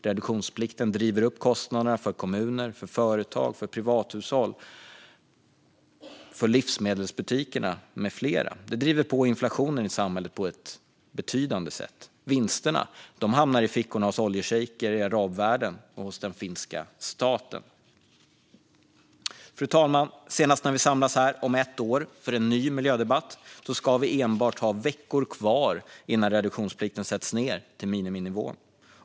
Reduktionsplikten driver upp kostnaderna för kommuner, företag, privathushåll, livsmedelsbutiker med flera. Den driver på inflationen i samhället på ett betydande sätt. Vinsterna hamnar i fickorna hos oljeschejker i arabvärlden och hos den finländska staten. Fru talman! När vi samlas här om ett år för en ny miljödebatt ska vi enbart ha veckor kvar innan reduktionsplikten sätts ned till miniminivån.